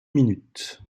minute